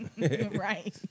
Right